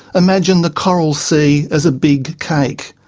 imagine the coral sea as a big cake.